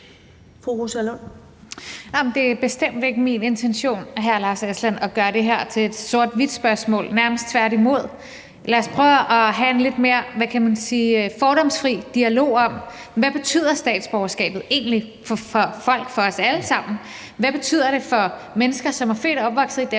Det er bestemt ikke min intention, at gøre det her til et sort-hvidt spørgsmål – nærmest tværtimod. Lad os prøve at have en lidt mere fordomsfri dialog om, hvad statsborgerskab egentlig betyder for folk – for os alle sammen – og hvad det betyder for mennesker, som er født og opvokset